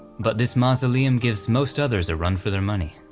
but this mausoleum gives most others a run for their money.